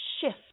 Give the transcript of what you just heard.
shift